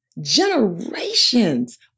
generations